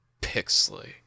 Pixley